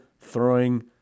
throwing